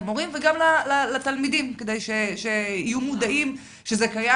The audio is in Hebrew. המורים וגם לתלמידים כדי שיהיו מודעים שזה קיים.